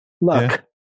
look